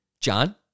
John